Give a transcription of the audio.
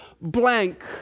blank